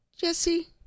Jesse